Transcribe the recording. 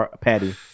patty